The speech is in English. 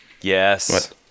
Yes